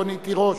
רונית תירוש,